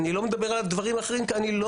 ואני לא מדברים על הדברים האחרים כי אני לא